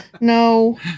No